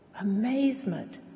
amazement